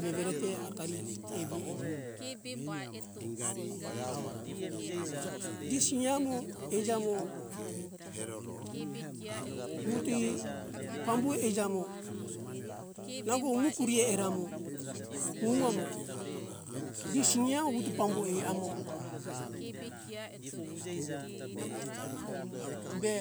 Veverete akari evi eija di siamo eija mo wutui pambu eija mo nango umo kuri eija mo umo amo di sia wuto pambue amo be